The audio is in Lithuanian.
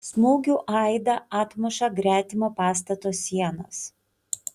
smūgių aidą atmuša gretimo pastato sienos